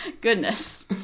Goodness